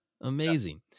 amazing